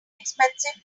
expensive